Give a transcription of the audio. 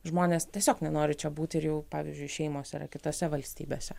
žmonės tiesiog nenori čia būti ir jų pavyzdžiui šeimos yra kitose valstybėse